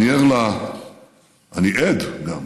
אני ער אני עד גם,